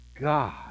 God